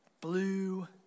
blue